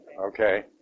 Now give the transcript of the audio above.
Okay